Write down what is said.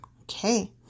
Okay